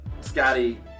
Scotty